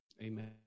Amen